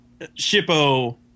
Shippo